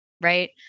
Right